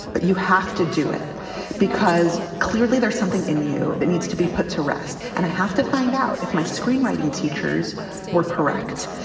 but you have to do it because clearly there's something in you that needs to be put to rest. and i have to find out if my screenwriting teachers were correct,